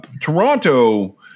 Toronto